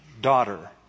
daughter